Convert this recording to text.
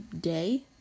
Day